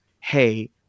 Hey